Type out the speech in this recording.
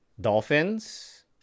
Dolphins